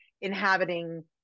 inhabiting